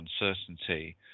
uncertainty